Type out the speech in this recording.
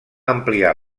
ampliar